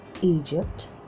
Egypt